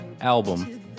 album